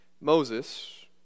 Moses